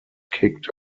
kicked